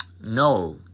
No